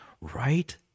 right